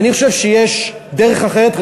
אני חושב שיש דרך אחרת,